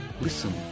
Listen